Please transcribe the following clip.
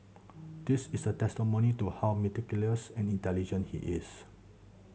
that is a testimony to how meticulous and intelligent he is